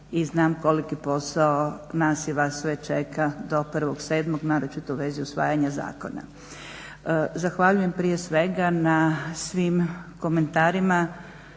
i znam koliki posao nas i vas sve čeka do 1.7. naročito u vezi usvajanja zakona. Zahvaljujem prije svega na svim komentarima